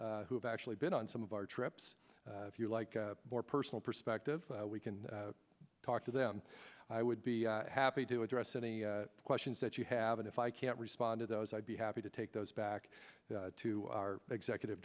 already who have actually been on some of our trips if you like more personal perspective we can talk to them i would be happy to address any questions that you have and if i can't respond to those i'd be happy to take those back to our executive